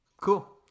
Cool